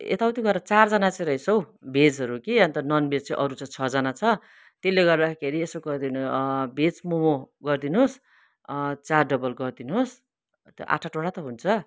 यता उति गरेर चारजना चाहिँ रहेछ हौ भेजहरू कि अन्त नन भेज चाहिँ अरू चाहिँ छजना छ त्यसले गर्दाखेरि यसो गरिदिनुहोस् भेज मोमो गरिदिनुहोस् चार डबल गरिदिनुहोस् आठ आठवटा त हुन्छ